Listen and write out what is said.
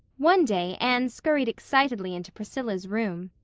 one day anne scurried excitedly into priscilla's room.